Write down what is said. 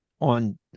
on